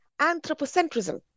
anthropocentrism